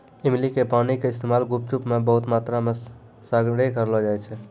इमली के पानी के इस्तेमाल गुपचुप मे बहुते मात्रामे सगरे करलो जाय छै